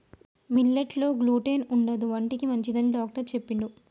millet లో gluten ఉండదు ఒంటికి మంచిదని డాక్టర్ చెప్పిండు